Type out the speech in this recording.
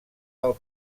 del